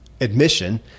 admission